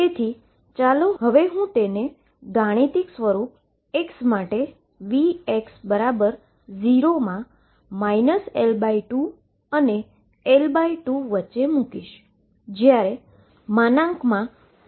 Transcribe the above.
તેથી ચાલો હું આને ગાણિતિક સ્વરૂપ x માટે Vx0 માં L2 અને L2 વચ્ચે મુકીશ